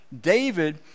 David